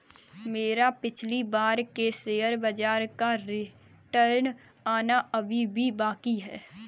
मेरा पिछली बार के शेयर बाजार का रिटर्न आना अभी भी बाकी है